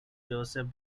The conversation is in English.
joseph